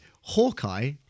Hawkeye